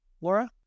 Laura